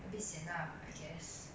a bit sian lah I guess